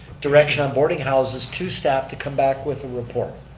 direction on boarding houses to staff to come back with a report.